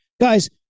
Guys